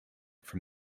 from